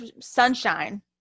sunshine